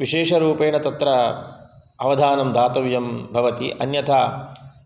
विशेषरूपेण तत्र अवधानं दातव्यं भवति अन्यथा